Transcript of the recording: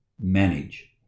manage